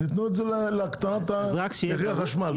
ותיתנו את זה להקטנת מחיר החשמל.